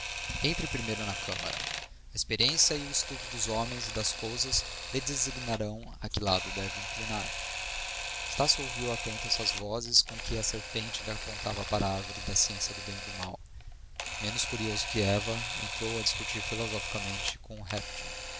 entre primeiro na câmara a experiência e o estudo dos homens e das coisas lhe designarão a que lado se deve inclinar estácio ouviu atento estas vozes com que a serpente lhe apontava para a árvore da ciência do bem e do mal menos curioso que eva entrou a discutir filosoficamente com o réptil